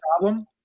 problem